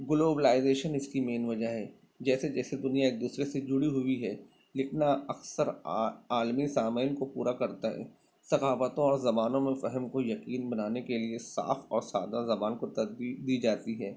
globalisation اس کی مین وجہ ہے جیسے جیسے دنیا ایک دوسرے سے جڑی ہوئی ہے لکھنا اکثر عالمی سامعین کو پورا کرتا ہے ثقافتوں اور زبانوں میں فہم کو یقین بنانے کے لیے صاف اور سادہ زبان کو ترجیح دی جاتی ہے